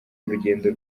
urugendo